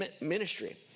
ministry